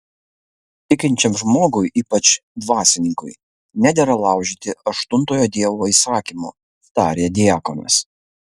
tikinčiam žmogui ypač dvasininkui nedera laužyti aštuntojo dievo įsakymo tarė diakonas